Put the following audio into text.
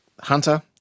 Hunter